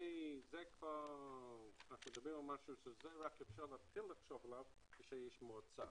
זה אפשר להתחיל לחשוב כשיש מועצה.